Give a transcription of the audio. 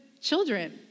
children